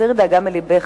הסירי דאגה מלבך,